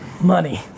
Money